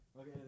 Okay